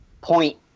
point